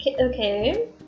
Okay